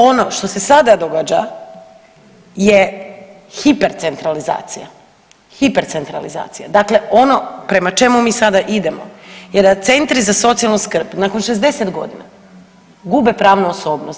Ono što se sada događa je hipercentralizacija, hipercentralizacija dakle ono prema čemu mi sada idemo je da centri za socijalnu skrb nakon 60 godina gube pravnu osobnost.